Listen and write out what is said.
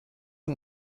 ein